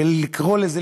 ולקרוא לזה,